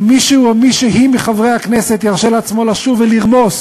אם מישהו או מישהי מחברי הכנסת ירשה לעצמו לשוב ולרמוס